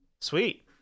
Sweet